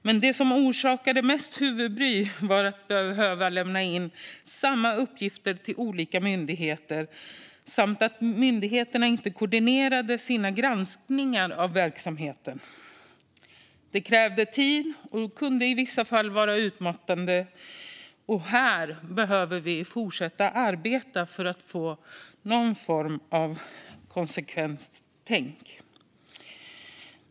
Men det som orsakade mest huvudbry var att behöva lämna in samma uppgifter till olika myndigheter samt att myndigheterna inte koordinerade sina granskningar av verksamheten. Det krävde tid och kunde i vissa fall vara utmattande. Här behöver vi fortsätta att arbeta för att få någon form av konsekvenstänkande.